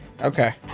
Okay